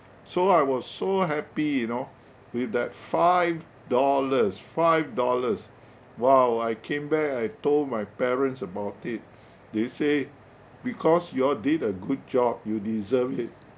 so I was so happy you know with that five dollars five dollars !wow! I came back I told my parents about it they say because you all did a good job you deserve it